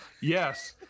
yes